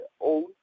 own